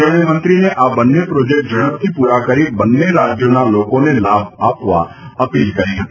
તેમણે મંત્રીને આ બંને પ્રોજેક્ટ ઝડપથી પૂરા કરી બંને રાજ્યોના લોકોને લાભ અપાવવા અપીલ કરી હતી